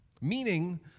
Meaning